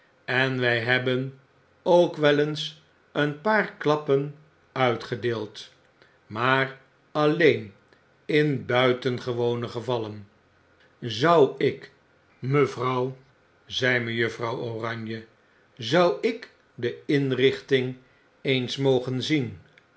citroen enwij hebben ook wel eens een paar klappen uitgedeeld maar alleen in buitengewone gevallen zou ik mevrouw zei mejuffrouw oranje zou ik de inrichting eens mogen zien